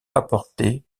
apportée